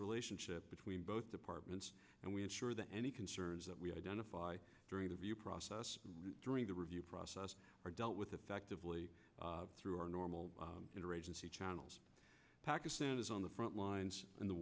relationship between both departments and we ensure that any concerns that we identify during the review process during the review process are dealt with effectively through our normal interagency channels pakistan is on the front lines in the